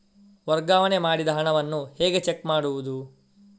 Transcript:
ವರ್ಗಾವಣೆ ಮಾಡಿದ ಹಣವನ್ನು ಹೇಗೆ ಚೆಕ್ ಮಾಡುವುದು?